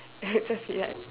just say ya